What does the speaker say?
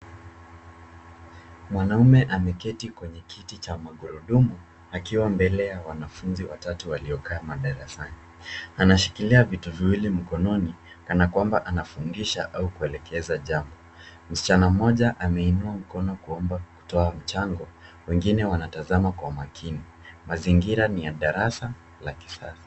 Mwanaume ameketi kwenye kiti cha magurudumu akiwa mbele ya wanafunzi watatu waliokaa madarasani. Anashikilia vitu viwili mkononi kana mwamba anafundisha au kuelekeza jambo. Msichana mmoja ameinua mkono kuomba kutoa mchango wengine wanatazama kwa makini. Mazingira ni ya darasa la kisasa.